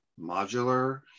modular